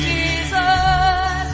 Jesus